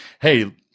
hey